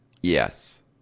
Yes